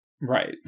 Right